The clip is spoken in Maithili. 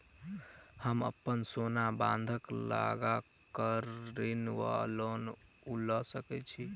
हम अप्पन सोना बंधक लगा कऽ ऋण वा लोन लऽ सकै छी?